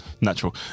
Natural